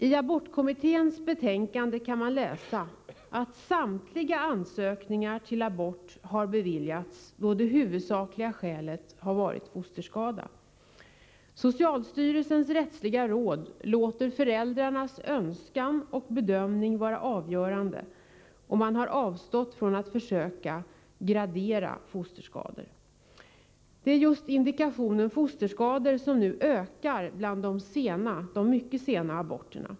I abortkommitténs betänkande kan man läsa att samtliga ansökningar om abort har beviljats då det huvudsakliga skälet har varit fosterskada. Socialstyrelsens rättsliga råd låter föräldrarnas önskan och bedömning vara avgörande, och man har avstått från att försöka ”gradera” fosterskador. Det är just indikationen fosterskador som nu ökar bland de mycket sena aborterna.